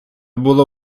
було